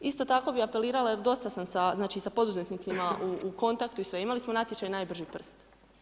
Isto tako bi apelirala jer dosta sam sa poduzetnicima u kontaktu i sve, imali smo natječaj najbrži prst.